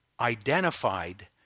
identified